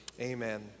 Amen